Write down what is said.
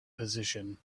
position